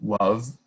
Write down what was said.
love